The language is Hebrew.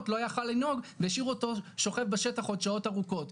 לא יכול היה לנהוג והשאירו אותו שוכב בשטח עוד שעות ארוכות,